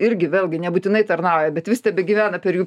irgi vėlgi nebūtinai tarnauja bet vis tebegyvena per jų